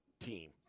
team